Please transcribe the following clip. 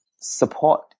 support